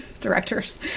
directors